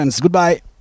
Goodbye